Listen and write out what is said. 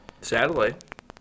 satellite